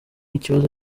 ikibazo